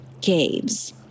caves